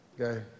okay